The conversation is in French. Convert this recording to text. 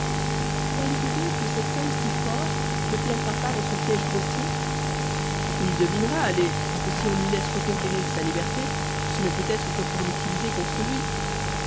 croyez-vous donc que cet homme si fort ne flairera pas votre piège grossier il devinera allez que si on lui laisse reconquérir sa liberté ce ne peut être que pour l'utiliser contre lui